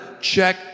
check